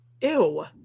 Ew